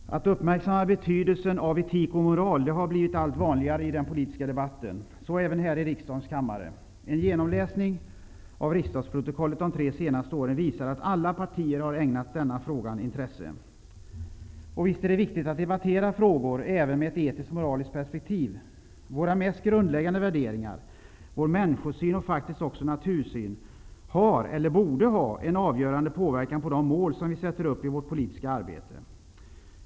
Herr talman! Att uppmärksamma betydelsen av etik och moral har blivit allt vanligare i den politiska debatten. Så även här i riksdagens kammare. En genomläsning av riksdagsprotokollet de tre senaste åren visar att alla partier har ägnat den frågan intresse. Och visst är det viktigt att debattera frågor även med ett etiskt och moraliskt perspektiv. Våra mest grundläggande värderingar, vår människosyn och faktiskt också natursyn har eller borde ha en avgörande påverkan av de mål, som vi sätter upp i vårt politiska arbete.